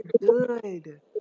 Good